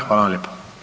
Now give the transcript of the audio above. Hvala vam lijepa.